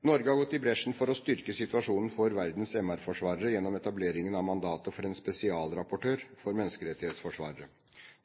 Norge har gått i bresjen for å styrke situasjonen for verdens MR-forsvarere gjennom etableringen av mandatet for en spesialrapportør for menneskerettighetsforsvarere.